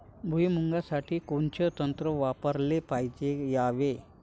भुइमुगा साठी कोनचं तंत्र वापराले पायजे यावे?